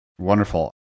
Wonderful